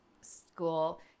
school